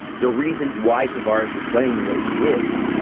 the reasons why tavares is playing the way he is,